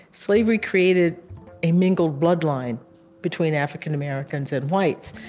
slavery created a mingled bloodline between african americans and whites,